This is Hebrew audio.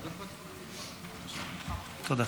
תודה.